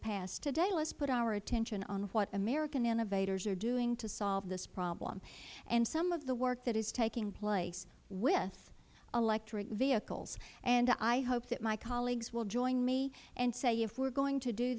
past today let us put our attention on what american innovators are doing to solve this problem and some of the work that is taking place with electric vehicles and i hope that my colleagues will join me and say if we are going to do